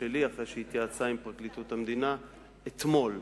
שלי אחרי שהתייעצה עם פרקליטות המדינה אתמול.